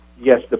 Yes